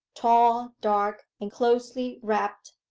tall, dark, and closely wrapped,